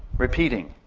repeating,